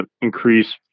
increase